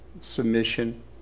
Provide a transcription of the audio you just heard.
submission